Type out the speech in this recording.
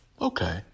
okay